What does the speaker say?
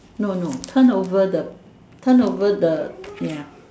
no no turn over the turn over the ya